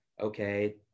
okay